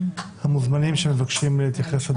המוזמנים שמבקשים להתייחס.